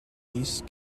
east